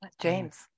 james